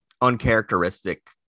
uncharacteristic